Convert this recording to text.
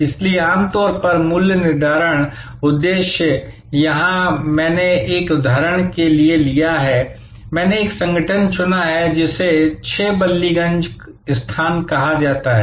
इसलिए आमतौर पर मूल्य निर्धारण उद्देश्य यहां मैंने एक उदाहरण के लिए लिया है मैंने एक संगठन चुना है जिसे 6 बल्लीगंज स्थान कहा जाता है